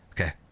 okay